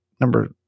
number